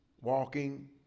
walking